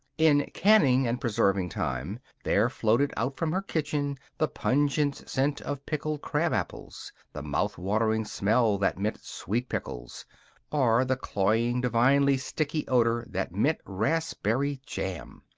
in canning and preserving time there floated out from her kitchen the pungent scent of pickled crab apples the mouth-watering smell that meant sweet pickles or the cloying, divinely sticky odor that meant raspberry jam.